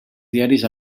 diaris